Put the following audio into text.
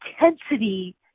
intensity